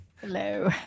Hello